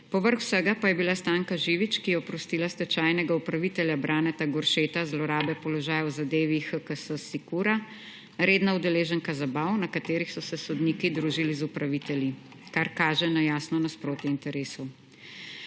Povrh vsega pa je bila Stanka Živič, ki je oprostila stečajnega upravitelja Braneta Goršeta zlorabe položaja o zadevi HKS Sicura, redna udeleženka zabav, na katerih so se sodniki družili z upravitelji, kar kaže na jasno nasprotje interesu.